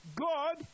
God